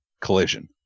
Collision